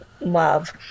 love